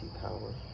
power